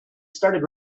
started